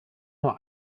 nur